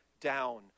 down